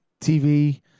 TV